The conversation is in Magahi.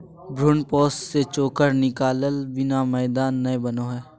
भ्रूणपोष से चोकर निकालय बिना मैदा नय बनो हइ